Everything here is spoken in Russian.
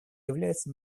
является